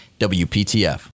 WPTF